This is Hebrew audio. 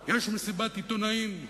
בסיבוב השלישי אדוני יוכל להמשיך.